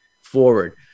forward